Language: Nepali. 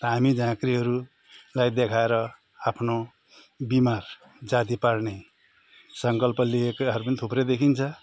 धामी झाँक्रीहरूलाई देखाएर आफ्नो बिमार जाती पार्ने सङ्कल्प लिएकोहरू पनि थुप्रै देखिन्छ